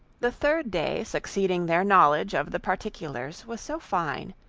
the third day succeeding their knowledge of the particulars, was so fine,